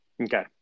Okay